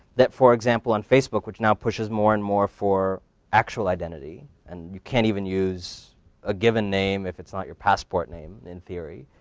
that, for example, on facebook, which now pushes more and more for actual identity and you can't even use a given name if it's not your passport name in theory,